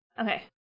Okay